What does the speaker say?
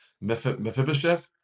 Mephibosheth